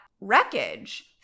wreckage